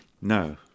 No